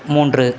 மூன்று